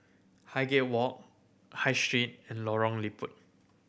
Highgate Walk High Street and Lorong Liput